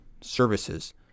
services